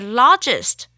largest